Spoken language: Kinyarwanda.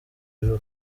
ijuru